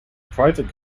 private